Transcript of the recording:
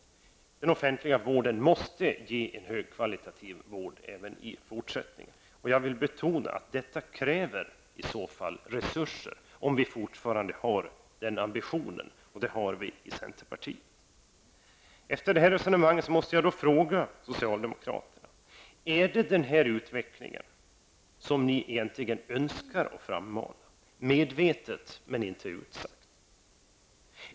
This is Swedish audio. Den offentliga vården måste vara högkvalitativ även i fortsättningen. Jag vill betona att detta kräver resurser, om vi fortfarande har samma ambition, och det har vi i centerpartiet. Efter detta resonemang måste jag ställa en fråga till socialdemokraterna. Är det den här utvecklingen som ni egentligen önskar att frammana, medvetet men inte utsagt?